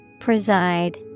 preside